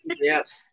Yes